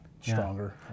stronger